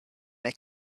make